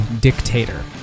Dictator